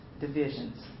divisions